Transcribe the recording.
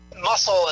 muscle